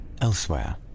Elsewhere